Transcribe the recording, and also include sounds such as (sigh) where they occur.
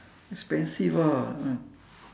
expensive ah (noise)